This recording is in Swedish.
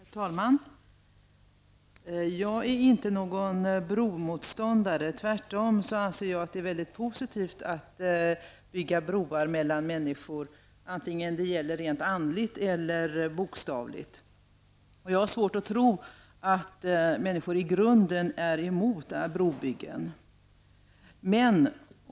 Herr talman! Jag är inte någon bromotståndare. Jag anser tvärtom att det är mycket positivt att bygga broar mellan människor antingen det gäller rent andligt eller bokstavligt. Jag har svårt att tro att människor i grunden är emot brobyggen.